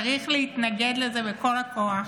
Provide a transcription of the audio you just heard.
צריך להתנגד לזה בכל הכוח.